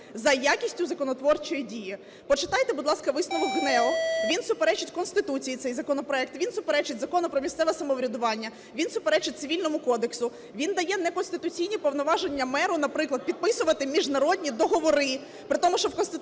за якістю законотворчої дії. Почитайте, будь ласка, висновок ГНЕУ. Він суперечить Конституції цей законопроект, він суперечить Закону про місцеве самоврядування, він суперечить Цивільному кодексу, він дає неконституційні повноваження меру, наприклад, підписувати міжнародні договори, при тому, що у Конституції